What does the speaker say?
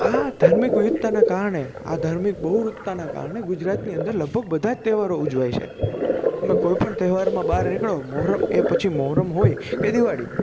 આ ધાર્મિક વિવિધતના કારણે આ ધાર્મિક બહુરૂપતાના કારણે ગુજરાતની અંદર લગભગ બધાં જ તહેવારો ઉજવાય છે તમે કોઈપણ તહેવારમાં બહાર નીકળો મોહરમ એ પછી મોહરમ હોય કે દિવાળી